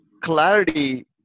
Clarity